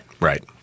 Right